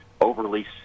overly